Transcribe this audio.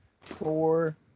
four